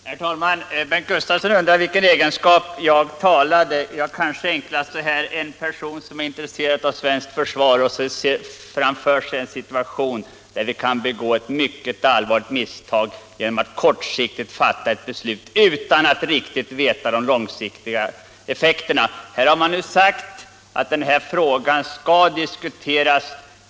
Herr talman! Bengt Gustavsson undrade i vilken egenskap jag talade. Det kan jag kanske enklast besvara på följande sätt: som en person som är intresserad av svenskt försvar och som ser framför sig en situation, där vi kan begå ett mycket allvarligt misstag genom att kortsiktigt fatta ett beslut utan att riktigt veta de långsiktiga effekterna. Man har nu sagt att denna fråga skall diskuteras.